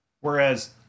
whereas